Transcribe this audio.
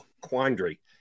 quandary